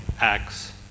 acts